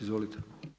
Izvolite.